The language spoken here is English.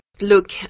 look